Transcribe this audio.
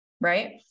right